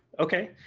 okay,